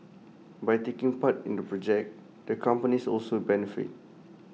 by taking part in the project the companies also benefit